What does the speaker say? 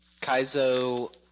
Kaizo